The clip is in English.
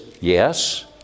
yes